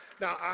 now